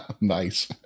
Nice